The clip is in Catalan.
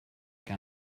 que